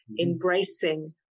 embracing